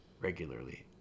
regularly